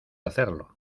hacerlo